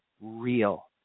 real